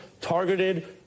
targeted